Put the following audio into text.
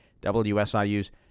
WSIU's